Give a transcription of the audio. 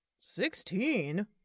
Sixteen